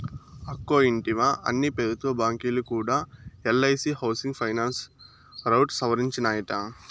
అక్కో ఇంటివా, అన్ని పెబుత్వ బాంకీలు కూడా ఎల్ఐసీ హౌసింగ్ ఫైనాన్స్ రౌట్ సవరించినాయట